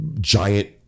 giant